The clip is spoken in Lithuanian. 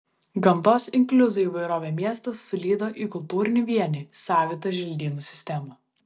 gamtos inkliuzų įvairovę miestas sulydo į kultūrinį vienį savitą želdynų sistemą